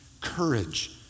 courage